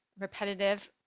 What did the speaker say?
repetitive